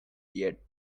yet